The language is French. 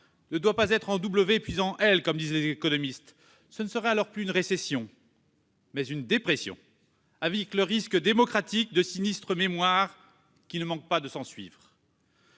ne doit pas être en W puis en L, comme disent les économistes : ce ne serait alors plus une récession, mais une dépression, avec le risque démocratique de sinistre mémoire qui ne manque pas de s'ensuivre.